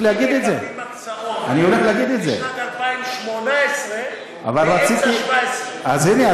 זו פעם ראשונה שאנשים מקבלים הקצאות לשנת 2018 באמצע 2017. אז הנה,